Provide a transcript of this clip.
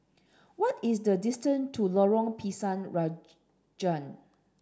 what is the distance to Lorong Pisang Raja